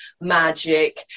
magic